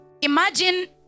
Imagine